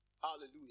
Hallelujah